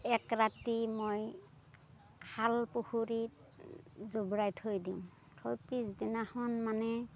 একৰাতি মই খাল পুখুৰীত জুবুৰিয়াই থৈ দিওঁ থৈ পিছদিনাখন মানে